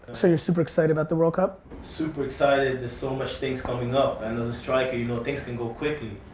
so you're super excited about the world cup? super excited. there's so much things coming up. and a striker you know things can go quickly.